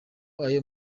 ayo